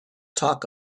talk